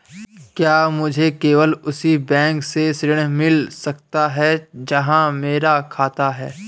क्या मुझे केवल उसी बैंक से ऋण मिल सकता है जहां मेरा खाता है?